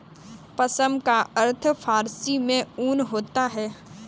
पश्म का अर्थ फारसी में ऊन होता है